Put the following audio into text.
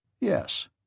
Yes